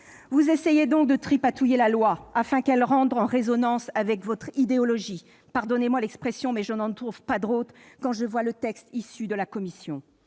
Vous essayez donc de tripatouiller la loi, afin qu'elle entre en résonance avec votre idéologie- pardonnez-moi l'expression, mais je n'en trouve pas d'autres quand je vois le texte de la commission